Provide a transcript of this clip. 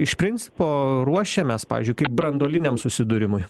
iš principo ruošiamės pavyzdžiui kaip branduoliniam susidūrimui